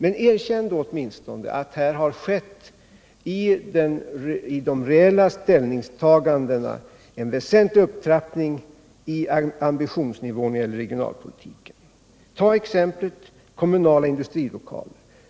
Erkänn då åtminstone att det i de reella ställningstagandena har skett en väsentlig upptrappning av ambitionsnivån när det gäller regionalpolitiken! Ta exemplet kommunala industrilokaler.